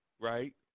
right